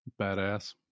badass